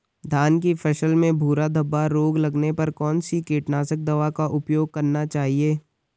धान की फसल में भूरा धब्बा रोग लगने पर कौन सी कीटनाशक दवा का उपयोग करना चाहिए?